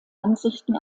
ansichten